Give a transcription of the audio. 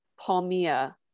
palmia